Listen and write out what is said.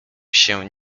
się